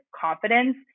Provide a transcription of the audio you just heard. confidence